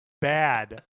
bad